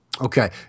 Okay